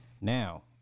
Now